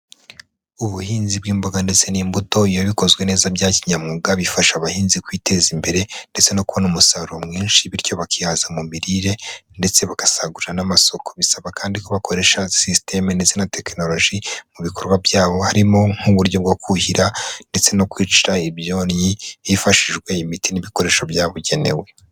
Ubuhinzi bw'imboga ndetse n'imbuto iyo bikozwe neza bya kinyamwuga bifasha abahinzi kwiteza imbere, ndetse no kubona umusaruro mwinshi, bityo bakihaza mu mirire ndetse bagasagurira n'amasoko. Bisaba kandi ko bakoresha systeme ndetse na technologie mu bikorwa byabo, harimo nk'uburyo bwo kuhira ndetse no kwicira ibyonnyi hifashishijwe imiti n'ibikoresho byabugenewe.